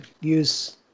use